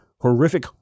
Horrific